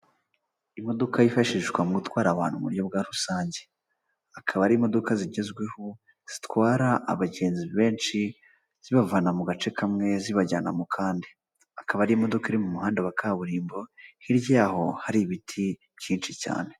Imodoka yifashishwa mu gutwara abantu mu buryo bwa rusange, akaba ari imodoka zigezweho zitwara abagenzi benshi zibavana mu gace kamwe zibajyana mu kandi, akaba ari imodoka iri mu muhanda wa kaburimbo hirya yaho hari ibiti byinshi cyane.